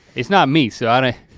it's not me so i,